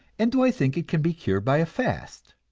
and do i think it can be cured by a fast?